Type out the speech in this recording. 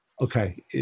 Okay